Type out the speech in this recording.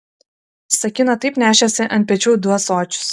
sakina taip pat nešėsi ant pečių du ąsočius